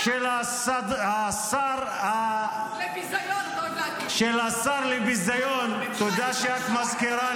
-- של השר --- לביזיון --- של השר לביזיון --- הנאומים